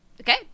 Okay